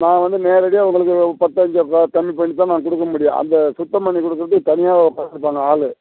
நான் வந்து நேரடியாக உங்களுக்கு பத்து அஞ்சு பா கம்மி பண்ணி தான் நான் கொடுக்க முடியும் அந்த சுத்தம் பண்ணிக் கொடுக்கறது தனியாக ஆளு